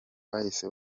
bahise